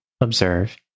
observe